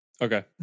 Okay